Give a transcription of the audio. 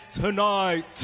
tonight